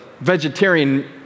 vegetarian